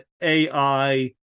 AI